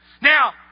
Now